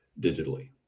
digitally